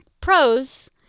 Pros